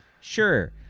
Sure